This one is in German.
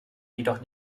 jedoch